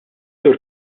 sur